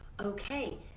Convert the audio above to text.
okay